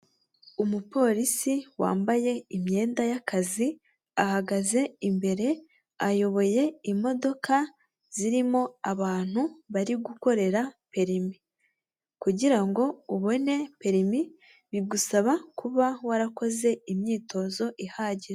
Umupolisi wambaye imyenda y'akazi ahagaze imbere, ayoboye imodoka zirimo abantu bari gukorera perimi, kugirango ubone perimi bigusaba kuba warakoze imyitozo ihagije.